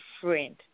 friend